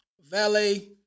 valet